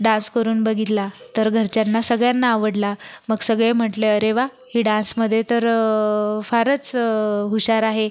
dance करून बघितला तर घरच्यांना सगळ्यांना आवडला मग सगळे म्हटले अरे वा ही डान्समध्ये तर फारच हुशार आहे